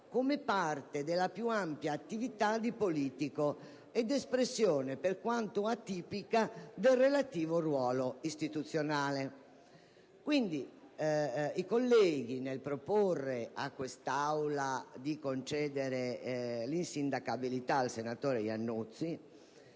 come parte della più ampia attività di politico, ed espressione, per quanto atipica, del relativo ruolo istituzionale. I colleghi della maggioranza, nel proporre a quest'Aula di concedere l'insindacabilità relativamente